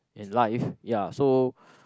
in life ya so